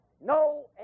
no